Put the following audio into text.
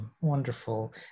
wonderful